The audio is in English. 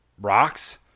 rocks